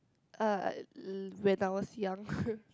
uh when I was young